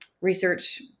research